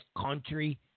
country